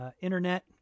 internet